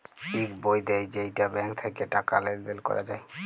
ইক বই দেয় যেইটা ব্যাঙ্ক থাক্যে টাকা লেলদেল ক্যরা যায়